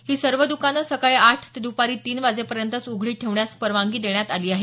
ही सर्व द्कानं सकाळी आठ ते द्पारी तीन वाजेपर्यंतच उघडी ठेवण्यास परवानगी देण्यात आली आहे